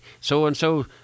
so-and-so